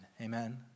Amen